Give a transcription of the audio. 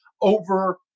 over